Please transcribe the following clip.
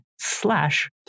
slash